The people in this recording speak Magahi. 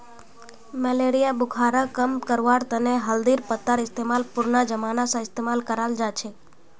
मलेरिया बुखारक कम करवार तने हल्दीर पत्तार इस्तेमाल पुरना जमाना स इस्तेमाल कराल जाछेक